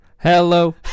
Hello